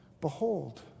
Behold